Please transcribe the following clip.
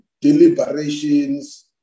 deliberations